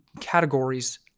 categories